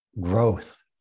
growth